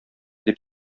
дип